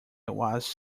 was